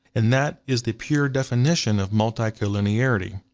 and that is the pure definition of multicollinearity.